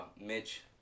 Mitch